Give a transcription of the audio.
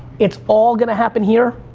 it's all gonna happen here.